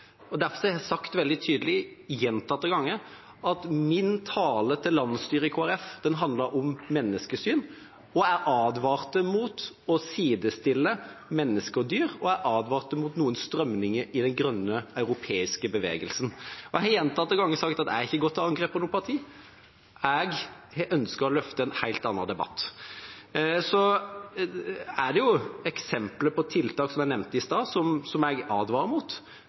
Derfor har jeg sagt veldig tydelig, gjentatte ganger, at min tale til landsstyret i Kristelig Folkeparti handlet om menneskesyn. Jeg advarte mot å sidestille mennesker og dyr, og jeg advarte mot noen strømninger i den grønne europeiske bevegelsen. Jeg har gjentatte ganger sagt at jeg ikke har gått til angrep på noe parti. Jeg har ønsket å løfte en helt annen debatt. Så er det eksempler på tiltak, som jeg nevnte i stad, som jeg advarer mot,